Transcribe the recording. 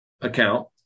account